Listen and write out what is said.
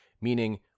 meaning